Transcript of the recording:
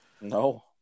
No